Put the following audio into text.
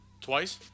Twice